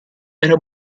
era